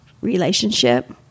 relationship